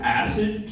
acid